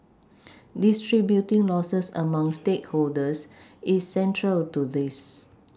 distributing Losses among stakeholders is central to this